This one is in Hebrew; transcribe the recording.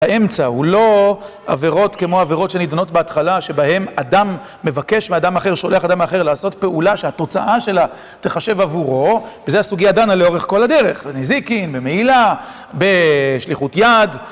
האמצע הוא לא עבירות כמו עבירות שנידונות בהתחלה שבהן אדם מבקש מאדם אחר, שולח אדם אחר לעשות פעולה שהתוצאה שלה תחשב עבורו וזה הסוגיה דנה לאורך כל הדרך בנזיקין, במעילה, בשליחות יד